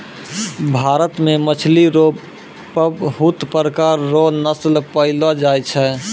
भारत मे मछली रो पबहुत प्रकार रो नस्ल पैयलो जाय छै